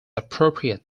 appropriate